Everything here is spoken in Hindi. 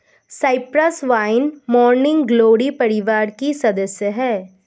साइप्रस वाइन मॉर्निंग ग्लोरी परिवार की सदस्य हैं